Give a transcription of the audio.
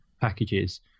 packages